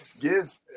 give